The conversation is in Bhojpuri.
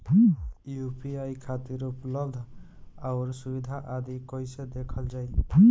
यू.पी.आई खातिर उपलब्ध आउर सुविधा आदि कइसे देखल जाइ?